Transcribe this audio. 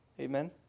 Amen